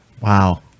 Wow